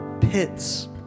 pits